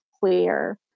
clear